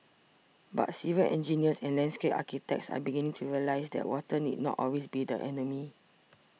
but civil engineers and landscape architects are beginning to realise that water need not always be the enemy